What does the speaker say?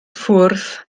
ffwrdd